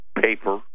paper